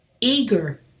eager